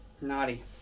Naughty